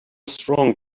strong